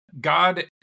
God